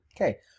Okay